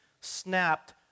snapped